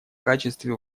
качестве